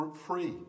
free